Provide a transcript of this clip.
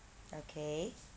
okay